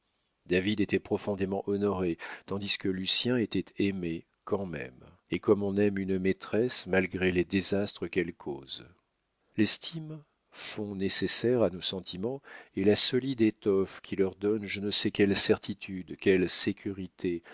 david était profondément honoré tandis que lucien était aimé quand même et comme on aime une maîtresse malgré les désastres qu'elle cause l'estime fonds nécessaire à nos sentiments est la solide étoffe qui leur donne je ne sais quelle certitude quelle sécurité